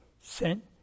sent